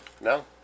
No